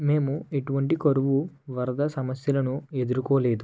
మేము ఎటువంటి కరువు వరద సమస్యలను ఎదుర్కోలేదు